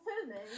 filming